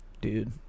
dude